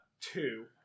two